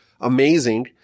amazing